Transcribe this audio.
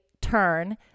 turn